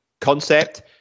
concept